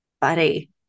Buddy